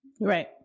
right